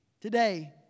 Today